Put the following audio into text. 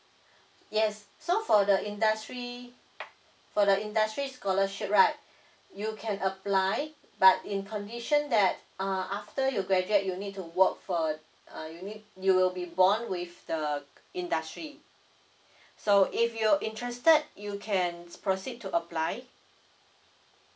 yes so for the industry for the industry scholarship right you can apply but in condition that uh after you graduate you need to work for uh you need you will be bond with the industry so if you interested you can proceed to apply